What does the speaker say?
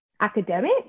academic